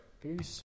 Peace